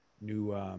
new